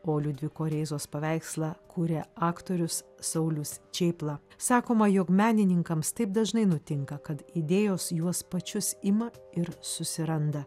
o liudviko rėzos paveikslą kuria aktorius saulius čėpla sakoma jog menininkams taip dažnai nutinka kad idėjos juos pačius ima ir susiranda